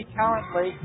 currently